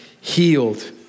healed